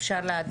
אפשר לדעת?